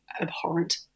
abhorrent